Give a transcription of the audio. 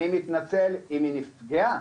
אני מתנצל אם היא נפגעה.